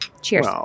Cheers